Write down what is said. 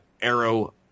Arrow